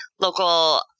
local